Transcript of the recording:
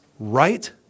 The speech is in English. right